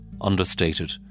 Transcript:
understated